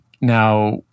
now